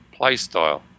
playstyle